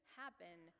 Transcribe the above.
happen